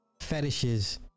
fetishes